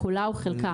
כולה או חלקה,